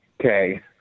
okay